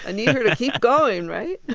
ah need her to keep going, right?